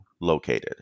located